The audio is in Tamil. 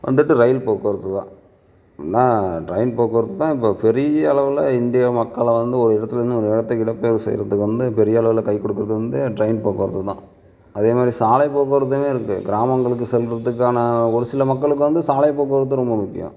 வந்துவிட்டு ரயில் போக்குவரத்து தான் ட்ரெயின் போக்குவரத்து தான் இப்போ பெரிய அளவில் இந்திய மக்களை வந்து ஒரு இடத்துலேந்து இன்னொரு இடத்துக்கு இடம் பெயர செய்கிறதுக்கு வந்து பெரியளவில் கை கொடுக்குறது வந்து ட்ரெயின் போக்குவரத்து தான் அதேமாரி சாலை போக்குவரத்தும் இருக்கு கிராமங்களுக்கு செல்கிறத்துக்கான ஒரு சில மக்களுக்கு வந்து சாலை போக்குவரத்து ரொம்ப முக்கியம்